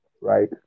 right